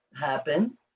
happen